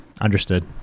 Understood